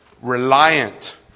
Reliant